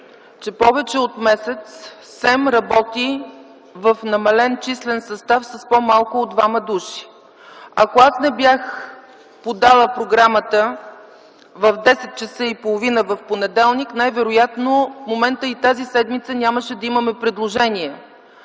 че повече от месец СЕМ работи в намален числен състав – с двама души по-малко. Ако аз не бях подала програмата в 10,30 ч. в понеделник, най-вероятно в момента и тази седмица нямаше да имаме предложение.